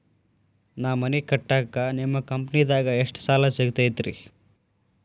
ನಾ ಮನಿ ಕಟ್ಟಾಕ ನಿಮ್ಮ ಕಂಪನಿದಾಗ ಎಷ್ಟ ಸಾಲ ಸಿಗತೈತ್ರಿ?